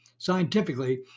Scientifically